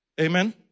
amen